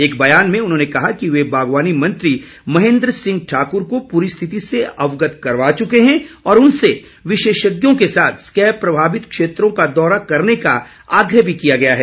एक बयान में उन्होंने कहा कि वे बागवानी मंत्री महेन्द्र सिंह ठाकुर को पूरी स्थिति से अवगत करवा चुके हैं और उनसे विशेषज्ञों के साथ स्कैब प्रभावित क्षेत्रों का दौरा करने का आग्रह किया गया है